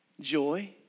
Joy